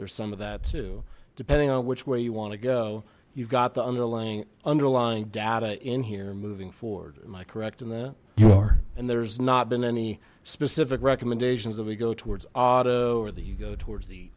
there's some of that too depending on which way you want to go you've got the underlying underlying data in here moving forward am i correct in that you are and there's not been any specific recommendations that we go towards auto or that you go towards the